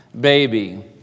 baby